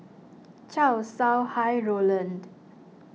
Chow Sau Hai Roland